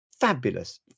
Fabulous